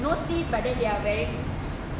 no theme but they are wearing